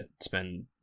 spend